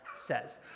Says